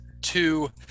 two